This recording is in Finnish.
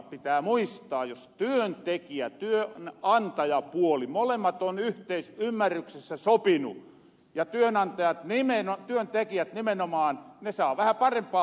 pitää muistaa jos työntekijä ja työnantajapuoli molemmat on yhteisymmärryksessä sopinu ja työntekijät nimenomaan ne saa vähän parempaa palakkaa